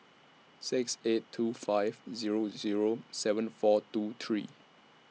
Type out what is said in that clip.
six eight two five Zero Zero seven four two three